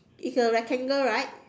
it's a rectangle right